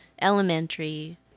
elementary